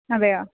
അതെയോ